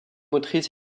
motrices